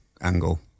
angle